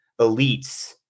elites